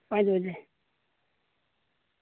ᱯᱟᱸᱪ ᱵᱟᱡᱮ